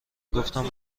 گفتم